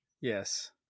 Yes